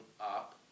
up